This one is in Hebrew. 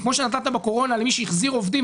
כמו שנתת בקורונה למי שהחזיר עובדים,